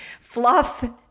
fluff